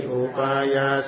upaya